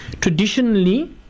traditionally